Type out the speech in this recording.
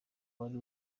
wari